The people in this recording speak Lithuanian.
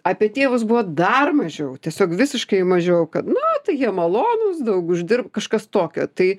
apie tėvus buvo dar mažiau tiesiog visiškai mažiau na tai jie malonūs daug uždirba kažkas tokio tai